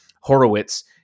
Horowitz